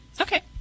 Okay